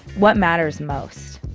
what matters most?